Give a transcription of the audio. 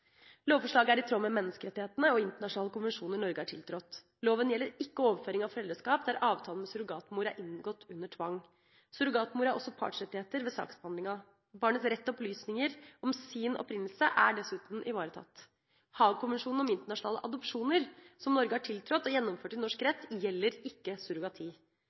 Lovforslaget er i tråd med menneskerettighetene og internasjonale konvensjoner Norge har tiltrådt. Loven gjelder ikke overføring av foreldreskap der avtale med surrogatmor er inngått under tvang. Surrogatmor har også partsrettigheter ved saksbehandlinga. Barnets rett til opplysninger om sin opprinnelse er dessuten ivaretatt. Haag-konvensjonen om internasjonale adopsjoner, som Norge har tiltrådt og gjennomført i norsk rett, gjelder ikke surrogati.